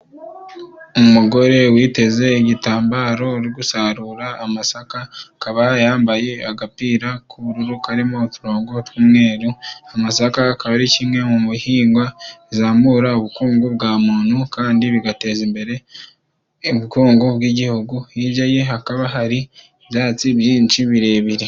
Umugore witeze igitambaro ari gusarura amasaka, akaba yambaye agapira k'ubururu karimo uturongogo tw'umweru. Amasaka akaba ari kimwe mu bihingwa bizamura ubukungu bwa muntu, kandi bigateza imbere ubukungu bw'igihugu. Hirya ye hakaba hari ibyatsi byinshi birebire.